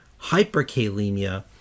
hyperkalemia